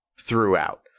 throughout